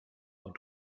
und